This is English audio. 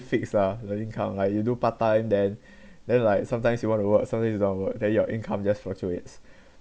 fix lah the income like you do part time then then like sometimes you want to work sometimes you don't want to work then your income just fluctuates